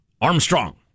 Armstrong